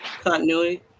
Continuity